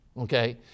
okay